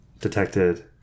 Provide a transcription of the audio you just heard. detected